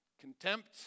contempt